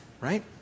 right